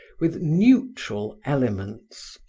with neutral elements.